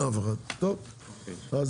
אוקיי,